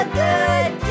good